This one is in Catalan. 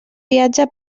viatge